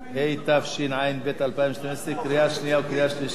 התשע"ב 2012, קריאה שנייה וקריאה שלישית.